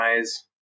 eyes